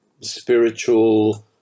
spiritual